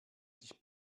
sich